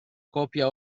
copia